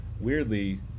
weirdly